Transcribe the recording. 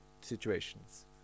situations